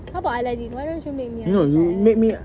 how about aladdin why don't you make me understand aladdin